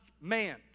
man